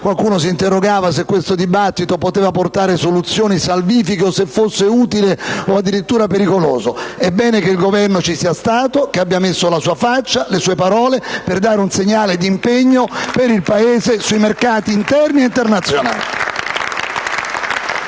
Qualcuno si interrogava se questo dibattito poteva portare soluzioni salvifiche o se fosse utile o addirittura pericoloso. È bene che il Governo ci sia stato, che abbia messo la sua faccia, le sue parole per dare un segnale di impegno del Paese sui mercati interni e internazionali.